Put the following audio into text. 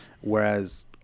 Whereas